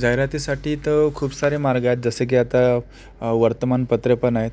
जाहिरातीसाठी तर खूप सारे मार्ग आहेत जसं की आता वर्तमानपत्रे पण आहे